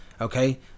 okay